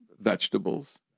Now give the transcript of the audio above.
vegetables